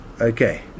Okay